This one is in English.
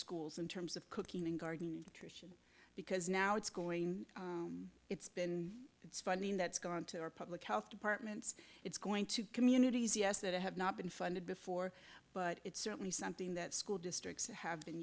schools in terms of cooking and gardening tricia because now it's going it's been it's funding that's gone into our public health departments it's going to communities yes that have not been funded before but it's certainly something that school districts have been